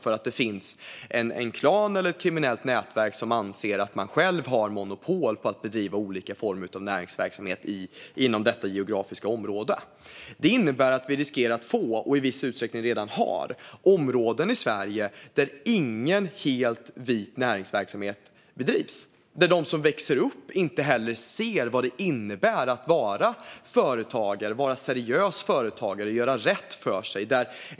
Dessa hot och påtryckningar kommer då från en klan eller ett kriminellt nätverk som anser att man själv har monopol på att bedriva olika former av näringsverksamhet inom detta geografiska område. Det innebär att vi riskerar att få - och i viss utsträckning redan har - områden i Sverige där ingen helt vit näringsverksamhet bedrivs. De som växer upp där ser inte vad det innebär att vara en seriös företagare och göra rätt för sig.